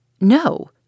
No